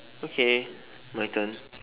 okay my turn